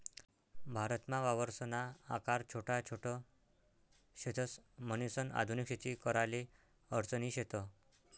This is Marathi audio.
भारतमा वावरसना आकार छोटा छोट शेतस, म्हणीसन आधुनिक शेती कराले अडचणी शेत